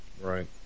right